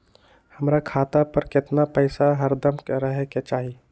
हमरा खाता पर केतना पैसा हरदम रहे के चाहि?